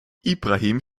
ibrahim